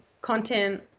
content